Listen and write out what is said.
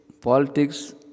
politics